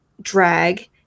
drag